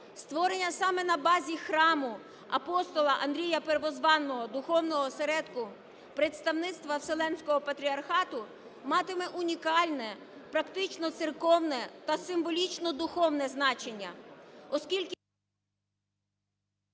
Створення саме на базі храму Апостола Андрія Первозванного духовного осередку представництва Вселенського Патріархату матиме унікальне практично церковне та символічно духовне значення,